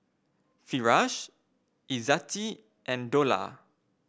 Firash Izzati and Dollah